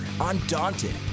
undaunted